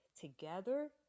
together